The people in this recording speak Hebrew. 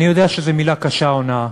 אני יודע שזו מילה קשה, הונאה,